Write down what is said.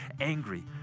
angry